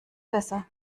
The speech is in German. besser